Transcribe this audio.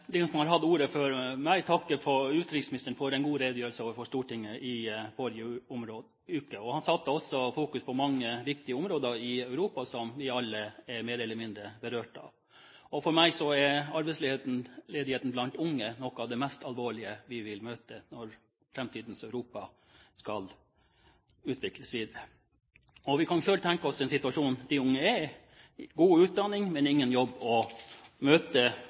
som har hatt ordet før meg, takke utenriksministeren for en god redegjørelse i Stortinget i forrige uke. Han satte fokus på mange viktige områder i Europa som vi alle mer eller mindre er berørt av. For meg er arbeidsledigheten blant unge noe av det mest alvorlige vi vil møte når framtidens Europa skal utvikles videre. Vi kan selv tenke oss den situasjonen de unge er i – god utdanning, men ingen jobb å møte